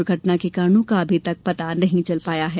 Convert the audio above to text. दुर्घटना के कारणों का अभी तक पता नहीं चला है